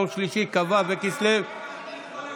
יום שלישי כ"ו בכסלו התשפ"ג,